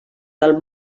del